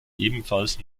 ebenfalls